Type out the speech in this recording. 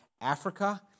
Africa